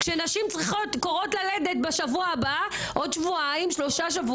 כשנשים כורעות ללדת בשבוע הבא וכל רגע,